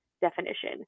definition